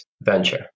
venture